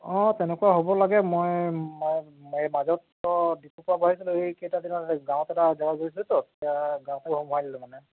অ তেনেকুৱা হ'ব লাগে মই এই মাজত ডিপুৰ পৰা ভৰাইছিলোঁ তেতিয়া যাওঁতে সোমোৱাই নিলোঁ মানে